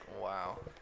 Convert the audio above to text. wow